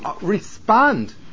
respond